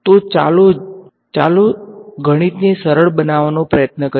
તો ચાલો લઈએ ચાલો ગણિતને સરળ બનાવવાનો પ્રયત્ન કરીએ